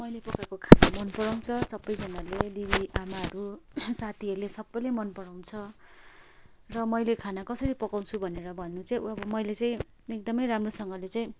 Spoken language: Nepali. मैले पकाएको खाना मन पराउँछ सबैजनाले दिदी आमाहरू साथीहरूले सबैले मन पराउँछ र मैले खाना कसरी पकाउँछु भनेर भन्नु चाहिँ ऊ मैले चाहिँ एकदमै राम्रोसँगले चाहिँ